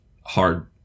hard